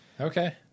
Okay